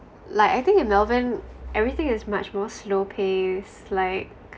like I think in melbourne everything is much more slow-paced like